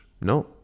no